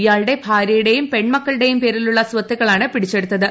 ഇയാളുടെ ഭാര്യയുടെയും പ്രപ്പെൺമക്കളുടെയും പേരിലുള്ള സ്വത്തുക്കളാണ് പിടിച്ചെടൂത്തത്